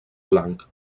blanc